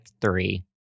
three